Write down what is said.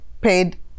paid